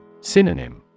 Synonym